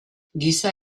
giza